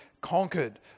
conquered